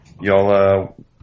y'all